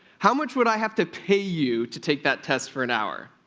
how much would i have to pay you to take that test for an hour?